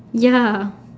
ya